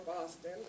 Boston